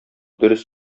дөрес